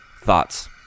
Thoughts